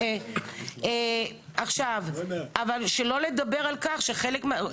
בג״ץ החליט על פינוי בית כנסת בשכונת גבעת